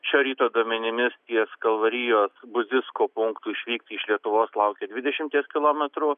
šio ryto duomenimis ties kalvarijos budzisko punktu išvykti iš lietuvos laukia dvidešimties kilometrų